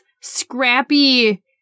scrappy